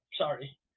sorry